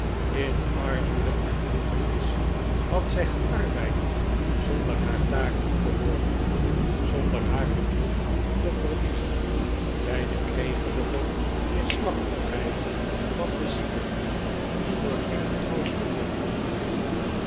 in armoede en droefenis had zij gearbeid zonder haar taak moe te worden zonder haar geduld te verliezen bij de kregelige neerslachtigheid van den zieke die door geen troostende herinnering